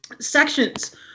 sections